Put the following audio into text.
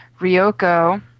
Ryoko